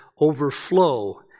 overflow